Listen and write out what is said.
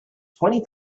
twenty